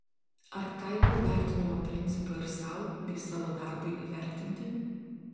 ar taikau vertinimo principą ir sau bei savo darbui įvertinti